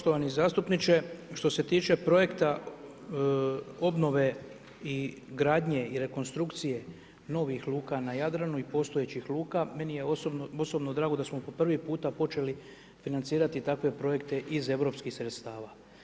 Poštovani zastupniče, što se tiče projekta obnove i gradnje i rekonstrukcije novih luka na Jadranu i postojećih luka, meni je osobno drago da smo po prvi puta počeli financirati takve projekte iz europskih sredstava.